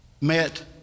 met